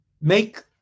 make